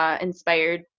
inspired